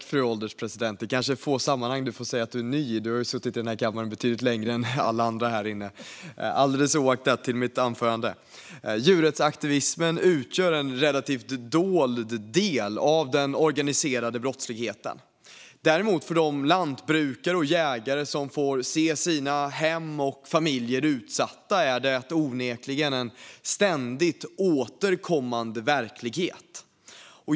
Fru ålderspresident! Djurrättsaktivismen utgör en relativt dold del av den organiserade brottsligheten. För de lantbrukare och jägare som får sina hem och familjer utsatta är det däremot onekligen en ständigt återkommande verklighet.